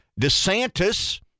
DeSantis